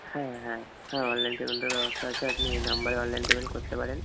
হ্যাঁ হ্যাঁ হ্যাঁ অনলাইন পেমেন্টের ব্যবস্থা আছে আপনি এই নাম্বারে অনলাইন পেমেন্ট করতে পারেন